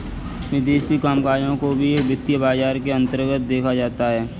विदेशी कामकजों को भी वित्तीय बाजार के अन्तर्गत देखा जाता है